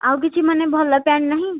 ଆଉ କିଛି ମାନେ ଭଲ ପ୍ୟାଣ୍ଟ ନାହିଁ